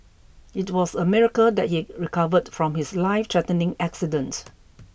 it was a miracle that he recovered from his lifethreatening accident